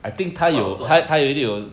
不好赚